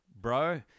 bro